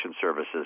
Services